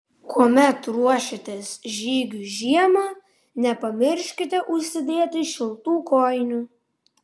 kuomet ruošiatės žygiui žiemą nepamirškite užsidėti šiltų kojinių